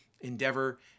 endeavor